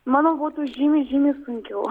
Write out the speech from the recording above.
manau būtų žymiai žymiai sunkiau